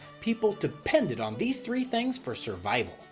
people depended on these three things for survival.